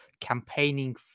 campaigning